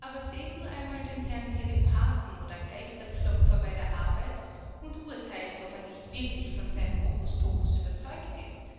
aber seht nur einmal den herrn telepathen oder geisterklopfer bei der arbeit und urteilt ob er nicht wirklich von seinem hokuspokus überzeugt ist